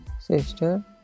sister